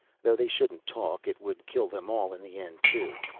though they shouldn't talk. it would kill them all in the end, too.